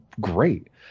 great